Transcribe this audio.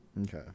Okay